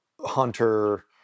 hunter